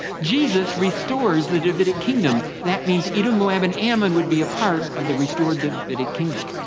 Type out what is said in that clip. jesus restores the davidic kingdom. that means edom, moab and ammon would be a part of the restored davidic kingdom.